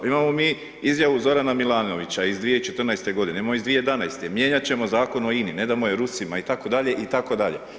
Imamo mi izjavu Zorana Milanovića iz 2014. godine, imamo iz 2011. mijenjat ćemo Zakon o INA-i, ne damo je Rusima itd., itd.